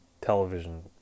television